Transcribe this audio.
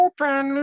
Open